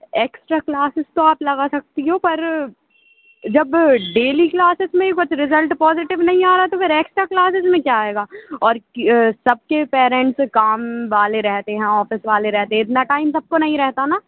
extra classes तो आप लगा सकती हो पर जब डेली क्लासेज में ही कुछ रिज़ल्ट पॉजिटिव नहीं आ रहा तो फिर एक्स्ट्रा क्लासेस में क्या आएगा और कि सबके पैरेंट्स काम वाले रहते हैं ऑफिस वाले रहते इतना टाइम सबको नहीं रहता न